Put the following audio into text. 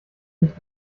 nicht